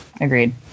Agreed